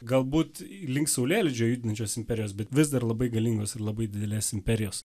galbūt link saulėlydžio judančios imperijos bet vis dar labai galingos ir labai didelės imperijos